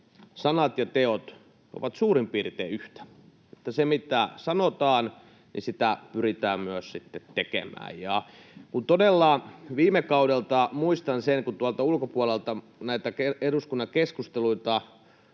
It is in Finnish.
sanat ja teot ovat suurin piirtein yhtä ja että sitä, mitä sanotaan, pyritään myös sitten tekemään. Ja todella viime kaudelta muistan sen, että kun tuolta ulkopuolelta näitä eduskunnan keskusteluita